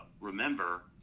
remember